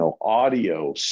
audio